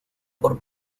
por